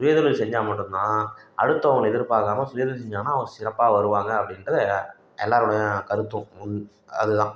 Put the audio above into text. சுய தொழில் செஞ்சால் மட்டுந்தான் அடுத்தவங்களை எதிர் பார்க்காம சுய தொழில் செஞ்சாங்கன்னா அவங்க சிறப்பாக வருவாங்க அப்படின்று எல்லோருடைய கருத்தும் அதுதான்